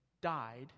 died